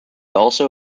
also